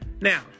Now